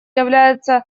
является